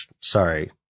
sorry